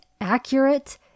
accurate